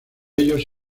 ellos